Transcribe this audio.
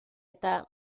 eta